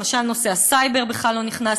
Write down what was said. למשל, נושא הסייבר בכלל לא נכנס.